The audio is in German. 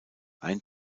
ein